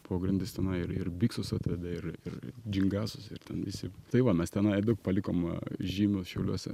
pogrindis tenai ir ir biksus atvedė ir ir džingasus ir ten visi tai va mes tenai daug palikom žymių šiauliuose